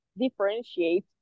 differentiate